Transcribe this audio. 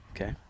Okay